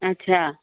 अच्छा